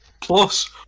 Plus